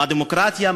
מהי דמוקרטיה,